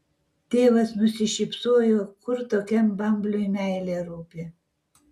tėvas nusišypsojo kur tokiam bambliui meilė rūpi